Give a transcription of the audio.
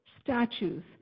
statues